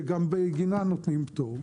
שגם בגינה נותנים פטור.